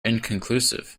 inconclusive